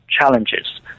challenges